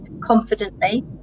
confidently